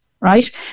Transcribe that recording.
Right